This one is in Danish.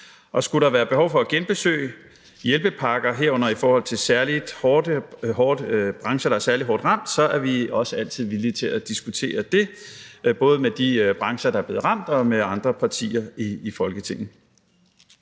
Og skulle der være behov for at genbesøge hjælpepakker, herunder i forhold til særlig hårdt ramte brancher, er vi også altid villige til at diskutere det, både med de brancher, der er blevet ramt, og med andre partier i Folketinget.